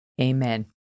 amen